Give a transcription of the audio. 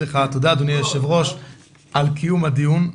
לך תודה אדוני היושב-ראש על קיום הדיון.